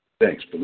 Thanks